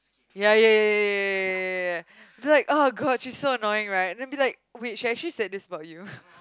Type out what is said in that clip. ya ya ya ya ya ya ya I'll be like god she's so annoying right and then be like she actually said this about you